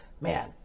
man